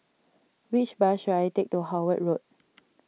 which bus should I take to Howard Road